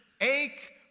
ache